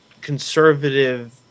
conservative